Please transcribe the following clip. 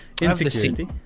Insecurity